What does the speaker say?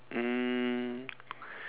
um